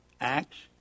Acts